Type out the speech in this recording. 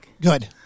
Good